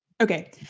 Okay